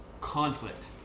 conflict